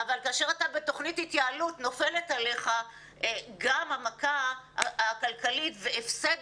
אבל כאשר אתה בתוכנית התייעלות נופלת עלייך גם המכה הכלכלית והפסד